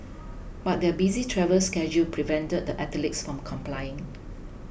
but their busy travel schedule prevented the athletes from complying